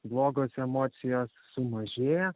blogos emocijos sumažėja